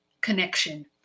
connection